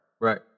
Right